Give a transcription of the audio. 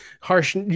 harsh